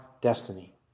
destiny